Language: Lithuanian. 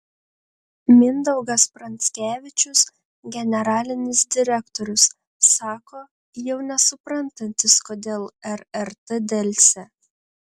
mindaugas pranskevičius generalinis direktorius sako jau nesuprantantis kodėl rrt delsia